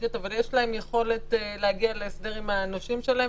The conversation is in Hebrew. סולבנטיות אבל יש להן יכולת להגיע להסדר עם הנושים שלהן